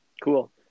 Cool